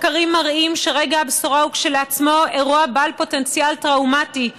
מחקרים מראים שרגע הבשורה הוא כשלעצמו אירוע בעל פוטנציאל טראומטי,